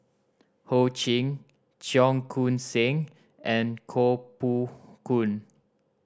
Ho Ching Cheong Koon Seng and Koh Poh Koon